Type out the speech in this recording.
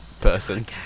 person